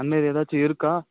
அந்தமேரி ஏதாச்சும் இருக்கா